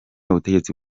ubutegetsi